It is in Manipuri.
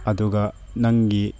ꯑꯗꯨꯒ ꯅꯪꯒꯤ